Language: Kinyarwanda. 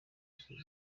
zizatuma